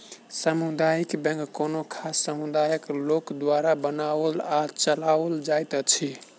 सामुदायिक बैंक कोनो खास समुदायक लोक द्वारा बनाओल आ चलाओल जाइत अछि